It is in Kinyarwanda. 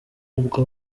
ubwo